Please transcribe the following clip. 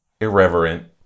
irreverent